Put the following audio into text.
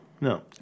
No